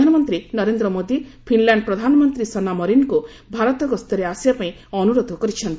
ପ୍ରଧାନମନ୍ତ୍ରୀ ନରେନ୍ଦ୍ର ମୋଦୀ ଫିନ୍ଲ୍ୟାଣ୍ଡ ପ୍ରଧାନମନ୍ତ୍ରୀ ସନା ମରିନ୍ଙ୍କୁ ଭାରତ ଗସ୍ତରେ ଆସିବା ପାଇଁ ଅନୁରୋଧ କରିଛନ୍ତି